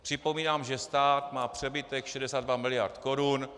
Připomínám, že stát má přebytek 62 mld. korun.